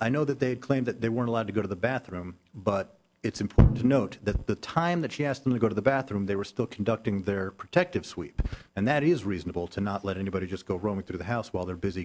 i know that they claim that they weren't allowed to go to the bathroom but it's important to note that the time that she asked them to go to the bathroom they were still conducting their protective sweep and that is reasonable to not let anybody just go roaming through the house while they're busy